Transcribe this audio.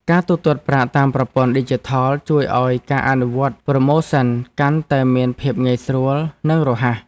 ការទូទាត់ប្រាក់តាមប្រព័ន្ធឌីជីថលជួយឱ្យការអនុវត្តប្រូម៉ូសិនកាន់តែមានភាពងាយស្រួលនិងរហ័ស។